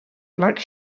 black